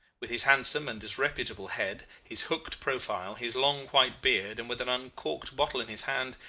with his handsome and disreputable head, his hooked profile, his long white beard, and with an uncorked bottle in his hand,